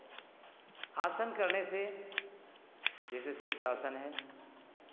आसन करने से जैसे शीर्षासन है